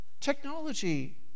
Technology